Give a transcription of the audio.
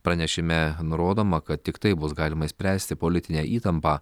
pranešime nurodoma kad tik taip bus galima išspręsti politinę įtampą